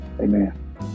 Amen